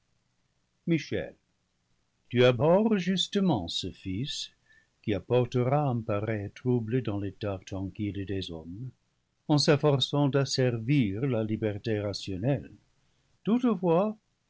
michel tu abhorres justement ce fils qui apportera un pareil trou ble dans l'état tranquille des hommes en s'efforçant d'asser vir la liberté rationnelle toutefois